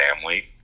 family